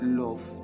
love